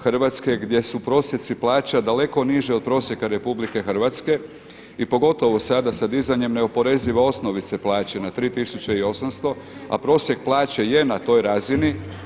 Hrvatske gdje su prosjeci plaća daleko niži od prosjeka RH i pogotovo sada sa dizanjem neoporezive osnovice plaće na 3800 a prosjek plaće je na toj razini.